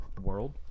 world